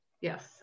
Yes